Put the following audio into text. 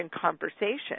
conversation